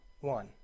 one